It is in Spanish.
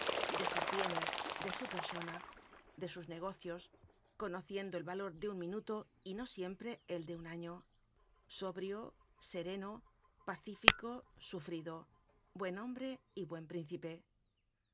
de sus bienes de su persona de sus negocios conociendo el valor de un minuto y no siempre el de un año sobrio sereno pacífico sufrido buen hombre y buen príncipe